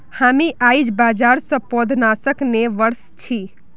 हामी आईझ बाजार स पौधनाशक ने व स छि